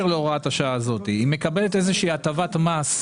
להוראת השעה הזאת היא מקבלת איזושהי הטבת מס,